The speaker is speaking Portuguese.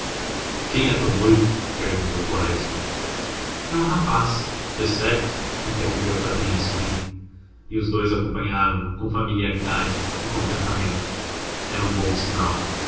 quem é teu noivo perguntou quaresma é um rapaz decerto interrompeu o padrinho sorrindo e os dous acompanharam-no com familiaridade e contentamento era um bom sinal